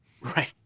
Right